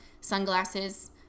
sunglasses